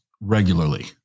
regularly